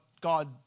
God